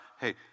hey